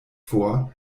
vor